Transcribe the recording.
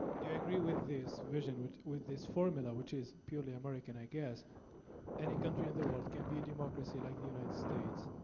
do you agree with this vision, with with this formula which is purely american, i guess any country in the world can be a democracy like the united states,